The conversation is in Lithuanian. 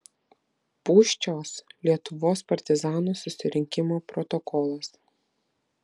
pūščios lietuvos partizanų susirinkimo protokolas